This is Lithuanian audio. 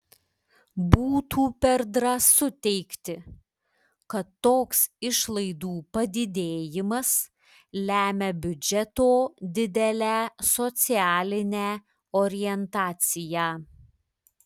būtų per drąsu teigti kad toks išlaidų padidėjimas lemia biudžeto didelę socialinę orientaciją